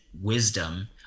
wisdom